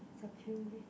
is a pyramid